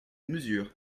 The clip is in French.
mesure